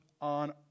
on